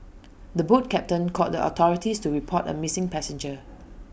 the boat captain called the authorities to report A missing passenger